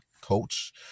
coach